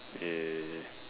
eh